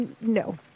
no